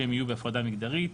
שהם יהיו בהפרדה מגדרית.